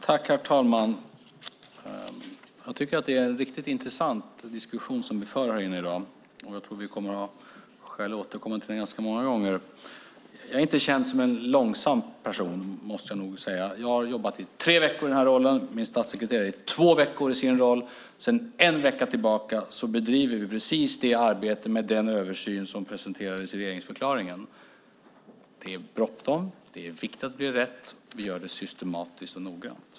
Herr talman! Det är en riktigt intressant diskussion vi för i dag, och jag tror att vi kommer att ha skäl att återkomma till den många gånger. Jag är inte känd som en långsam person. Jag har jobbat i tre veckor i den här rollen, min statssekreterare i två veckor i sin roll, och sedan en vecka tillbaka bedriver vi arbetet med den översyn som presenterades i regeringsförklaringen. Det är bråttom, det är viktigt att det blir rätt och vi gör det systematiskt och noggrant.